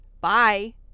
Bye